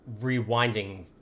rewinding